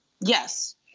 Yes